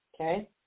okay